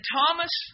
Thomas